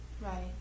Right